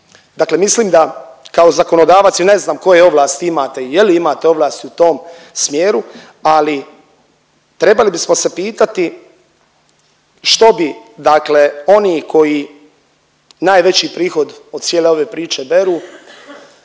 Dakle mislim da kao zakonodavac i ne znam koje ovlasti imate i je li imate ovlasti u tom smjeru, ali trebali bismo se pitati što bi dakle oni koji najveći prihod od cijele ove priče beru,